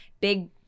Big